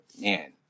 man